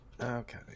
Okay